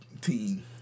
team